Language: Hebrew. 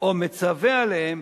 או מצווה עליהם,